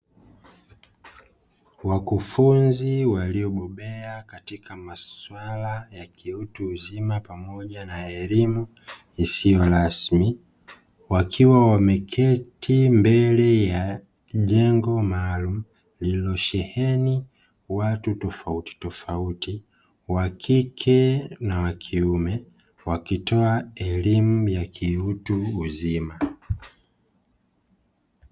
Wakufunzi waliobobea katika maswala ya kiutu uzima pamoja na elimu isiyo rasmi, wakiwa wameketi mbele ya jengo maalumu lililosheheni watu tofautitofauti; wa kike na wa kiume wakitoa elimu ya kiutu uzima.